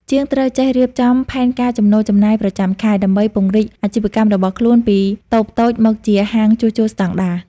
ជាងត្រូវចេះរៀបចំផែនការចំណូលចំណាយប្រចាំខែ ដើម្បីពង្រីកអាជីវកម្មរបស់ខ្លួនពីតូបតូចមកជាហាងជួសជុលស្តង់ដារ។